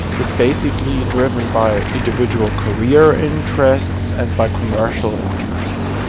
is basically driven by individual career interests and by commercial interests.